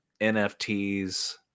NFTs